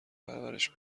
پرورش